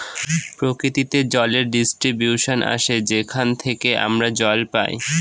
প্রকৃতিতে জলের ডিস্ট্রিবিউশন আসে যেখান থেকে আমরা জল পাই